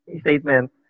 statement